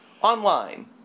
online